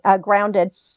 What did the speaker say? grounded